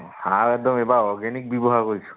সাৰ একদম এইবাৰ অৰ্গেনিক ব্যৱহাৰ কৰিছোঁ